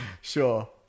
Sure